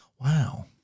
Wow